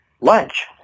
lunch